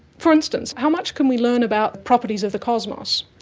for instance, how much can we learn about properties of the cosmos?